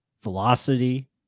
velocity